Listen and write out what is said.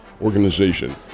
organization